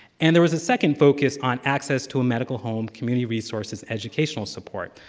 and there was a second focus on access to a medical home, community resources, educational support.